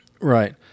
right